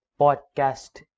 podcast